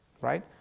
right